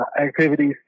activities